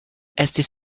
estis